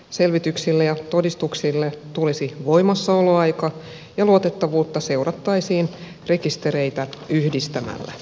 selvityksille ja todistuksille tulisi voimassaoloaika ja luotettavuutta seurattaisiin rekistereitä yhdistämällä